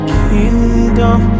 kingdom